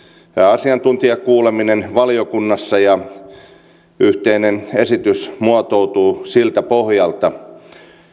asiantuntijakuuleminen valiokunnassa ja yhteinen esitys muotoutuu siltä pohjalta